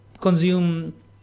consume